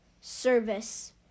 service